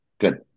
Good